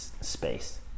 space